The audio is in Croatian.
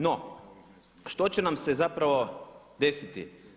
No, što će nam se zapravo desiti.